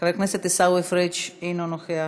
חבר הכנסת עיסאווי פריג' אינו נוכח,